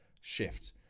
shift